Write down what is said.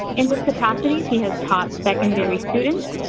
in which capacity, he has taught secondary students,